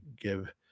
give